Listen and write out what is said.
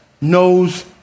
knows